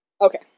Okay